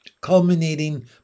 culminating